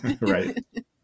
Right